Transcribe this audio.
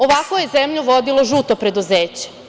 Ovako je zemlju vodilo „žuto preduzeće“